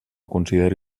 consideri